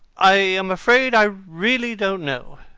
i am afraid i really don't know.